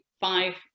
five